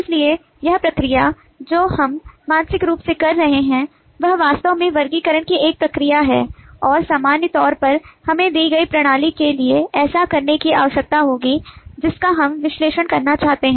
इसलिए यह प्रक्रिया जो हम मानसिक रूप से कर रहे हैं वह वास्तव में वर्गीकरण की एक प्रक्रिया है और सामान्य तौर पर हमें दी गई प्रणाली के लिए ऐसा करने की आवश्यकता होगी जिसका हम विश्लेषण करना चाहते हैं